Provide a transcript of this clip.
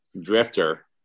drifter